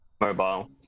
Mobile